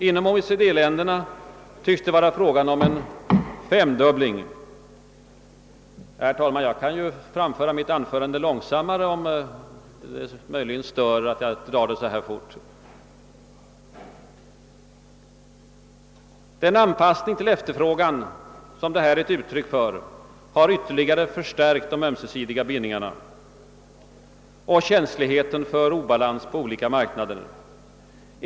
Inom OECD-länderna tycks det vara fråga om en femdubbling. Den anpassning till efterfrågan som detta är ett uttryck för har ytterligare förstärkt de ömsesidiga bindningarna och känsligheten för obalans på olika marknader.